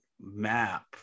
map